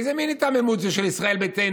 איזה מין היתממות זאת של ישראל ביתנו